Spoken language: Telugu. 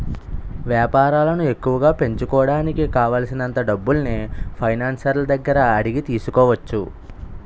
వేపారాలను ఎక్కువగా పెంచుకోడానికి కావాలిసినంత డబ్బుల్ని ఫైనాన్సర్ల దగ్గర అడిగి తీసుకోవచ్చు